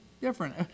different